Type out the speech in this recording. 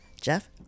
Jeff